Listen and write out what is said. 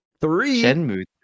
three